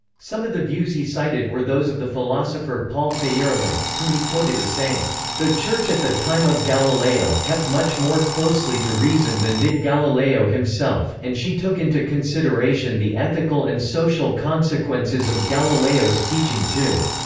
some of the views he cited were those of the philosopher paul feyerabend, whom he quoted as saying the church at the time of galileo kept much more closely to reason than did galileo himself, and she took into consideration the ethical and social consequences of galileo's teaching too.